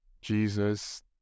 Jesus